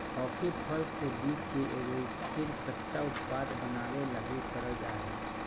coffee फल से बीज के एगो स्थिर, कच्चा उत्पाद बनाबे लगी करल जा हइ